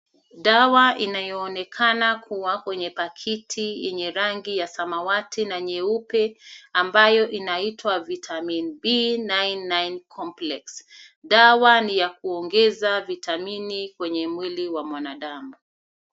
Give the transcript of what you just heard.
Dawa inayooneka kuwa kwenye pakiti yenye rangi ya samawati na nyeupe ambayo inaitwa vitamin B99 complex . Dawa ni ya kuongeza vitamini kwenye mwili wa mwanadamu.